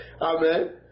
amen